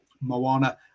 Moana